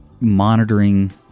monitoring